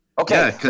Okay